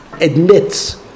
admits